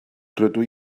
rydw